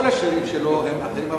כל השירים שלו הם אחרים,